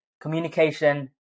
communication